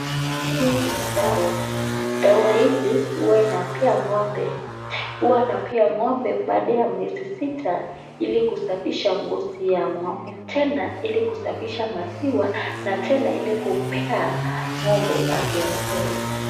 Hii ni dawa, dawa hili huwa inapea ngombe, huwa inapea ngombe baada ya miezi sita, ili kusafisha ngozi ya ngombe, tena ili kusafisha maziwa, na teana ili kupea ngombe afya mzuri.